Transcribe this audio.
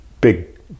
big